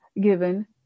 given